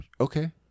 okay